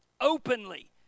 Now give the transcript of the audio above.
Openly